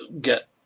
get